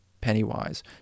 Pennywise